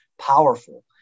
powerful